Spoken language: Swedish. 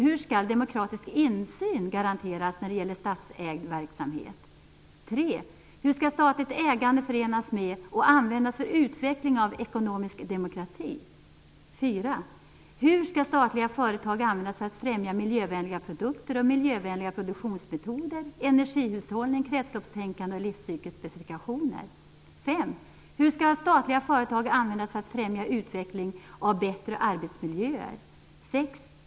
Hur skall demokratisk insyn garanteras när det gäller statsägd verksamhet? 3. Hur skall statligt ägande förenas med och användas för utveckling av ekonomisk demokrati? 4. Hur skall statliga företag användas för att främja miljövänliga produkter och miljövänliga produktionsmetoder, energihushållning, kretsloppstänkande och livscykelspecifikationer? 5. Hur skall statliga företag användas för att främja utveckling av bättre arbetsmiljöer? 6.